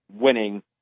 winning